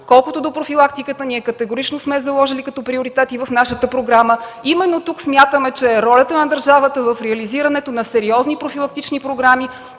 Колкото до профилактиката, ние категорично сме заложили като приоритети в нашата програма – именно тук смятаме, че е ролята на държавата, в реализирането на сериозни профилактични програми